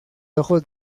ojos